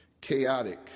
chaotic